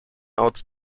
odd